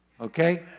okay